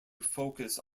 focus